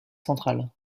central